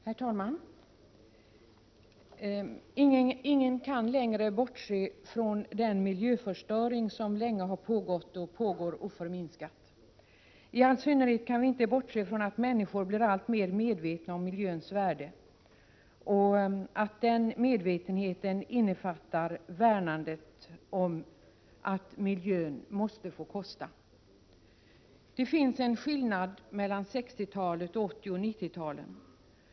Herr talman! Ingen kan längre bortse från den miljöförstöring som länge har pågått och fortfarande pågår oförminskat. I all synnerhet kan vi inte bortse från att människor blir alltmer medvetna om miljöns värde och att den medvetenheten innefattar att värnandet om miljön måste få kosta pengar. Det finns en skillnad mellan 1960-talet och 1980 och 1990-talen. Då —- på = Prot.